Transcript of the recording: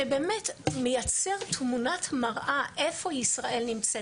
שבאמת מייצרת תמונת מראה איפה ישראל נמצאת.